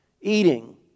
eating